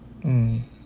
mm